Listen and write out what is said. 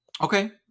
okay